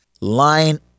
line